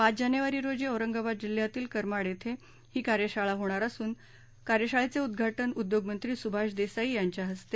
पाच जानेवारी रोजी औरंगाबाद जिल्ह्यातील करमाड येथे ही कार्यशाळा होणार असून कार्यशाळेचे उद्वाटन उद्योगमंत्री सुभाष देसाई यांच्या हस्ते होणार आहे